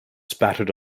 spattered